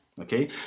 Okay